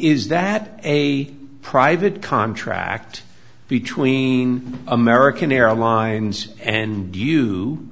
is that a private contract between american airlines and you